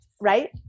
Right